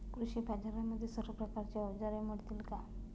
कृषी बाजारांमध्ये सर्व प्रकारची अवजारे मिळतील का?